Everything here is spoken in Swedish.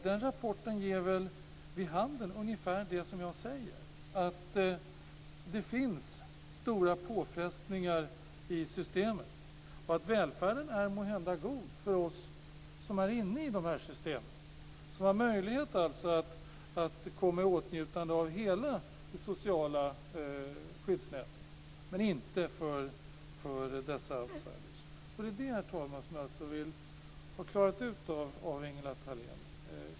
Den rapporten ger väl vid handen ungefär det som jag säger, dvs. att det finns stora påfrestningar i systemen. Välfärden är måhända god för oss som är inne i dessa system och som har möjlighet att komma i åtnjutande av hela det sociala skyddsnätet, men inte för dessa outsiders. Det är det, herr talman, som jag vill ha klarat ut med Ingela Thalén.